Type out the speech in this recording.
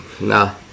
Nah